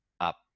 up